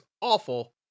awful